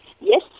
Yes